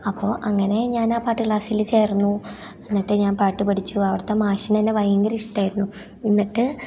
അപ്പോൾ അങ്ങനെ ഞാൻ ആ പാട്ട് ക്ലാസിൽ ചേർന്നു എന്നിട്ട് ഞാൻ പാട്ട് പഠിച്ചു അവിടുത്തെ മാഷിന് എന്നെ ഭയങ്കര ഇഷ്ടമായിരുന്നു എന്നിട്ട്